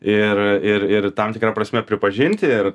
ir ir ir tam tikra prasme pripažinti ir